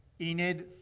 Enid